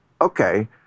okay